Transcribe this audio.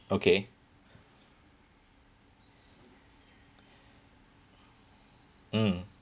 okay mm